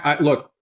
look